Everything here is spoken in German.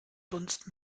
dunst